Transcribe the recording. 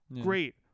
great